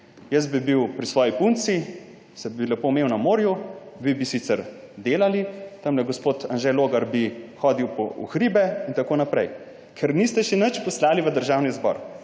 Jaz bi bil pri svoji punci, bi se lepo imel na morju, vi bi sicer delali, tamle gospod Anže Logar bi hodil v hribe in tako naprej. Ker niste še nič poslali v Državni zbor.